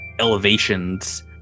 elevations